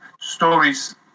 stories